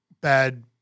bad